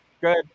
Good